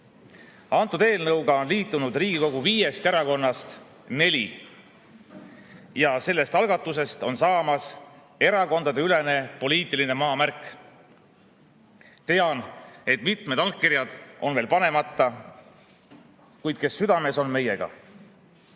last. Eelnõuga on liitunud Riigikogu viiest erakonnast neli ja sellest algatusest on saamas erakondadeülene poliitiline maamärk. Tean, et mitmed allkirjad on veel panemata, kuid nad on südames meiega.